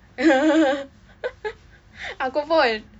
aku pun